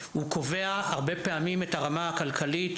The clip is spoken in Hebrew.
הוא קובע הרבה פעמים את הקריטריון